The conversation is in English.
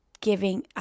giving